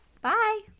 Bye